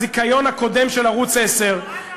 הזיכיון הקודם של ערוץ 10, נורא נוח.